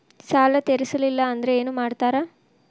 ಸಾಲ ತೇರಿಸಲಿಲ್ಲ ಅಂದ್ರೆ ಏನು ಮಾಡ್ತಾರಾ?